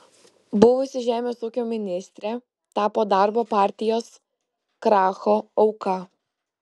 buvusi žemės ūkio ministrė tapo darbo partijos kracho auka